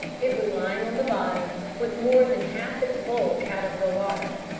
it was lying on the bottom with more than half its bulk out of the water.